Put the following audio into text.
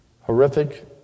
horrific